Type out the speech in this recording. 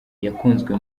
yakunzwe